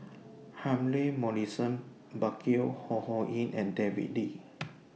Humphrey Morrison Burkill Ho Ho Ying and David Lee